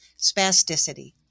spasticity